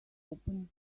reopen